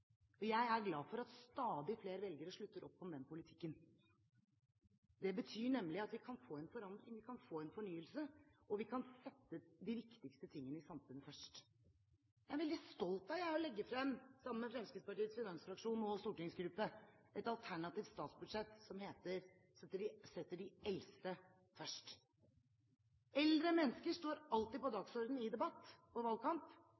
og jeg er glad for at stadig flere velgere slutter opp om den politikken. Det betyr nemlig at vi kan få en forandring, vi kan få en fornyelse, og vi kan sette de viktigste tingene i samfunnet først. Jeg er veldig stolt av å legge frem – sammen med Fremskrittspartiets finansfraksjon og stortingsgruppe – et alternativt statsbudsjett som setter de eldste først. Eldre mennesker står alltid på dagsordenen i debatt og valgkamp,